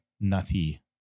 Nutty